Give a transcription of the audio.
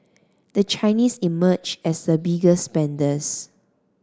the Chinese emerged as the biggest spenders